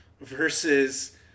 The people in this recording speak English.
versus